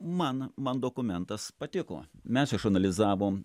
man man dokumentas patiko mes išanalizavome